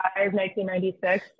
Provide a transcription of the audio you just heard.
1996